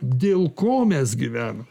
dėl ko mes gyvenam